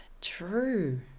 true